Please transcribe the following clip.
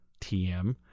TM